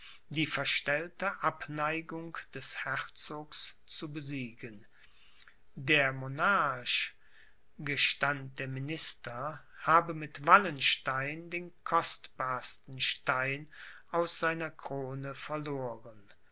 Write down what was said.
die verstellte abneigung des herzogs zu besiegen der monarch gestand der minister habe mit wallenstein den kostbarsten stein aus seiner krone verloren